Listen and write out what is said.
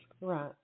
Right